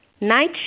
Night